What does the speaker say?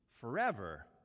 forever